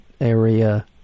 area